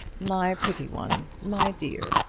my pretty one my dear,